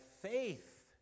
faith